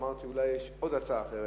אמרתי שאולי יש עוד הצעה אחרת,